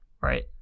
right